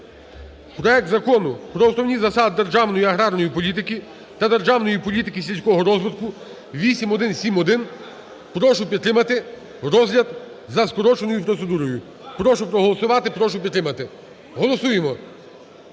Проект Закону про основні засади державної аграрної політики та державної політики сільського розвитку (8171). Прошу підтримати розгляд за скороченою процедурою. Прошу проголосувати, прошу підтримати, голосуємо.